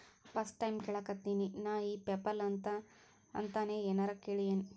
First time ಕೇಳಾಕತೇನಿ ನಾ ಇ ಪೆಪಲ್ ಅಂತ ನೇ ಏನರ ಕೇಳಿಯೇನ್?